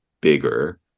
bigger